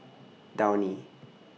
Downy